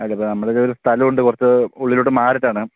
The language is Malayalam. അതിപ്പം നമ്മുടെ കയ്യില് ഒരു സ്ഥലമുണ്ട് കുറച്ചു ഉള്ളിലോട്ട് മാറിയിട്ടാണ്